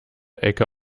ecken